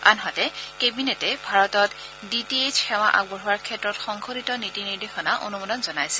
আনহাতে কেবিনেটে ভাৰতত ডিটিএইচ সেৱা আগবঢ়োৱাৰ ক্ষেত্ৰত সংশোধিত নীতি নিৰ্দেশনা অনুমোদন জনাইছে